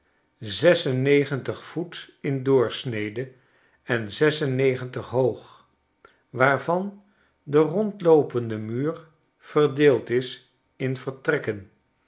negentig voet in doorsnede en zes en negentig hoog waarvan de rondloopende muur verdeeld is in vertrekken